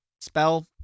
spell